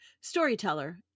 storyteller